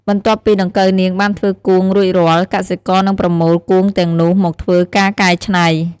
បន្ទាប់ពីដង្កូវនាងបានធ្វើគួងរួចរាល់ កសិករនឹងប្រមូលគួងទាំងនោះមកធ្វើការកែច្នៃ។